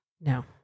No